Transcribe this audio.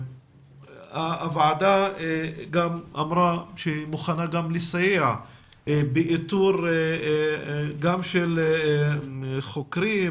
הוועדה גם אמרה שהיא מוכנה לסייע באיתור גם של חוקרים,